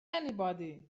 anybody